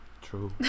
true